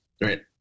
right